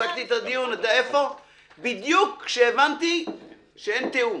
הפסקתי את הדיון בדיוק כשהבנתי שאין תיאום.